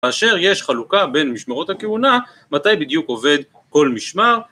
כאשר יש חלוקה בין משמרות הכהונה, מתי בדיוק עובד כל משמר.